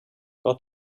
got